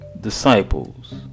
disciples